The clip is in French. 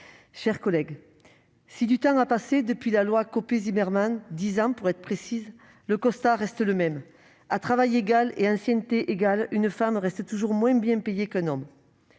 chers collègues, si du temps a passé depuis la loi Copé-Zimmermann- dix ans, pour être précise -, le constat reste le même : à travail égal et à ancienneté égale, une femme reste toujours moins bien payée qu'un homme.